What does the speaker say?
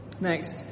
Next